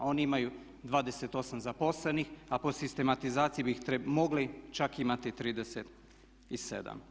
Oni imaju 28 zaposlenih a po sistematizaciji bi ih mogli čak imati 37.